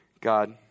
God